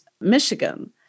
Michigan